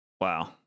Wow